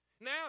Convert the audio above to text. Now